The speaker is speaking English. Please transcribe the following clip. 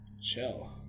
chill